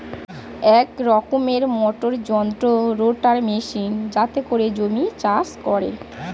এক রকমের মোটর যন্ত্র রোটার মেশিন যাতে করে জমি চাষ করে